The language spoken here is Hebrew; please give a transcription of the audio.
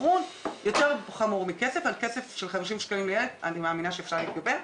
צהרוני ניצנים יש לנו גם חסרים אבל אני חייבת לומר מילה